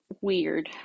weird